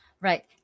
Right